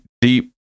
deep